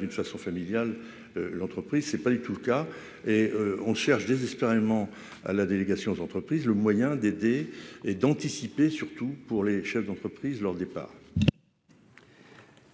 d'une façon familiale, l'entreprise c'est pas du tout le cas et on cherche désespérément à la délégation aux entreprises, le moyen d'aider et d'anticiper, surtout pour les chefs d'entreprise leur départ.